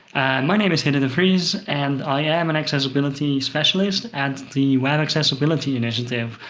and my name is hidde de de vries, and i am an accessibility specialist at the web accessibility initiative,